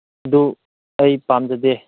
ꯑꯗꯨ ꯑꯩ ꯄꯥꯝꯖꯗꯦ